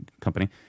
company